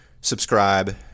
subscribe